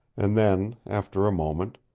and then, after a moment.